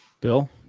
Bill